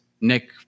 Nick